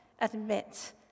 admit